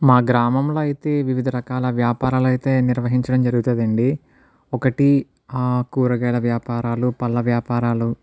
మా గ్రామంలో అయితే వివిధ రకాల వ్యాపారాలు అయితే నిర్వహించడం జరుగుతుంది అండి ఒకటి కూరగాయల వ్యాపారాలు పళ్ళ వ్యాపారాలు